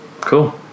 cool